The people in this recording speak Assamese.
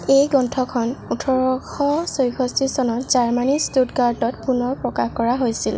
এই গ্ৰন্থখন ওঠৰশ ছয়ষষ্ঠি চনত জাৰ্মানীৰ ষ্টুটগাৰ্টত পুনৰ প্ৰকাশ কৰা হৈছিল